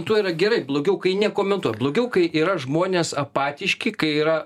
tuo yra gerai blogiau kai nekomentuo blogiau kai yra žmonės apatiški kai yra